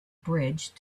bridge